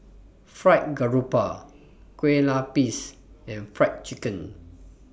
Fried Garoupa Kueh Lapis and Fried Chicken